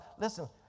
listen